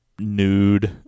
nude